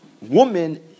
woman